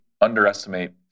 underestimate